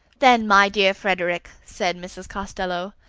then, my dear frederick, said mrs. costello,